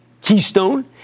Keystone